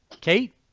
Kate